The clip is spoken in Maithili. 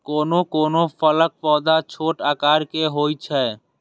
कोनो कोनो फलक पौधा छोट आकार के होइ छै